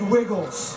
Wiggles